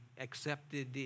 accepted